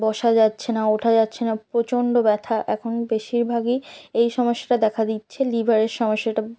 বসা যাচ্ছে না ওঠা যাচ্ছে না প্রচণ্ড ব্যথা এখন বেশিরভাগই এই সমস্যাটা দেখা দিচ্ছে লিভারের সমস্যাটা